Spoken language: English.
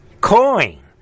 coin